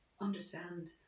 understand